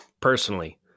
personally